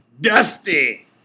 Dusty